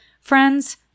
Friends